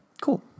cool